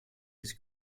has